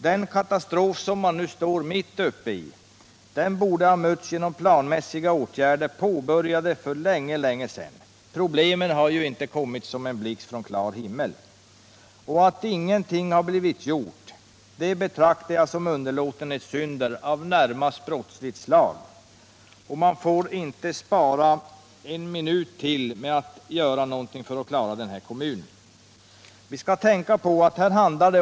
Den katastrof som Jokkmokk nu står mitt uppe i borde ha mötts med planmässiga åtgärder, påbörjade för länge sedan. Problemen har ju inte kommit som en blixt från en klar himmel. Att ingenting blivit gjort betraktar jag som underlåtenhetssynder av i det närmaste brottsligt slag. Man får inte vänta en minut till med att göra någonting för att klara den här kommunen.